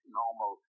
normal